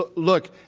but look,